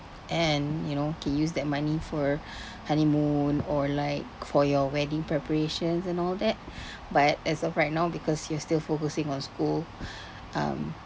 and you know can use that money for honeymoon or like for your wedding preparations and all that but as of right now because you're still focusing on school um